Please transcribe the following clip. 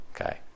Okay